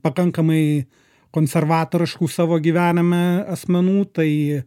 pakankamai konservatoriškų savo gyvename asmenų tai